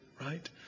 Right